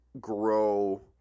grow